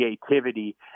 creativity